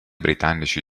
britannici